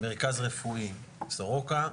מרכז רפואי סורוקה,